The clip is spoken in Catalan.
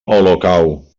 olocau